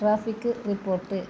traffic report